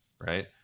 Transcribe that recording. right